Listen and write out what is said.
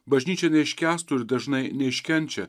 bažnyčia neiškęstų ir dažnai neiškenčia